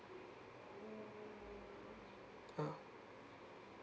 ya